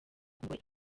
umugore